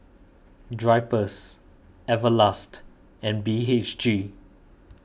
Drypers Everlast and B H G